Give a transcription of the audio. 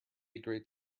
great